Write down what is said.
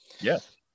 Yes